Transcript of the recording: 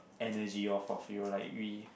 energy off of you like we